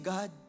God